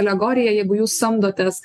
alegorija jeigu jūs samdotės